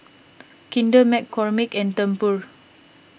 Kinder McCormick and Tempur